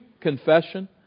Confession